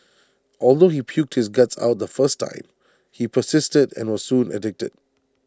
although he puked his guts out the first time he persisted and was soon addicted